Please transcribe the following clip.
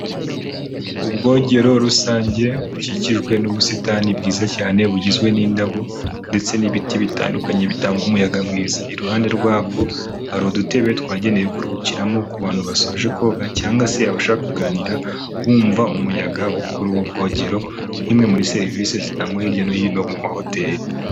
Ubwogero rusange bukikijwe n'ubusitani bwiza cyane, bugizwe n'indabo ndetse n'ibiti bitandukanye bitanga umuyaga mwiza, iruhande rwabwo hari udutebe twagenewe kuruhukiramo ku bantu basoje koga cyangwa se abashaka kuganira bumva umuyaga wo kur' ubwo bwogero nk'imwe muri serivisi zitangwa hirya no hino mu mahoteli.